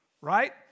Right